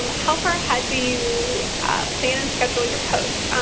how far ahead do you plan and schedule your posts?